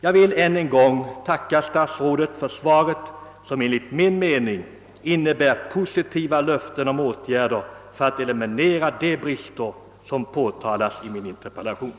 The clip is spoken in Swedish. Jag vill än en gång tacka statsrådet för svaret som enligt min mening innebär ett positivt löfte om åtgärder för att eliminera de brister jag påtalat i min interpellation.